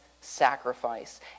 sacrifice